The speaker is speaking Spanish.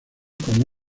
como